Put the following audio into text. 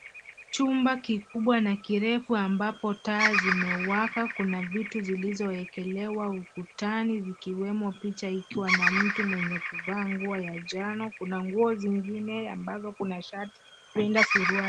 Chumba kikubwa na kirefu ambapo taa zimewaka. Kuna vitu zilizowekelewa ukutani zikiwemo picha ikiwa na mtu mwenye kuvaa nguo ya njano. Kuna nguo zingine ambazo kuna shati, linda, suruali.